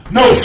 no